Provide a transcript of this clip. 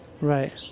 Right